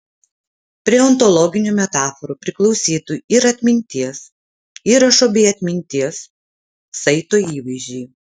prie ontologinių metaforų priklausytų ir atminties įrašo bei atminties saito įvaizdžiai